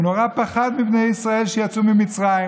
והוא נורא פחד מבני ישראל שיצאו ממצרים,